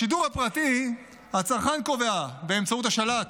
בשידור הפרטי הצרכן קובע, באמצעות השלט,